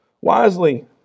wisely